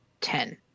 Ten